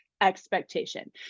expectation